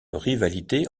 rivalité